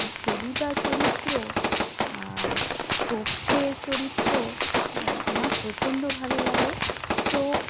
ফেলুদা চরিত্র আর তোপসে চরিত্র আমার প্রচণ্ড ভালো লাগে তো